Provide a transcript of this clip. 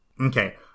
Okay